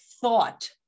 thought